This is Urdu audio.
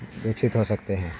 وکست ہو سکتے ہیں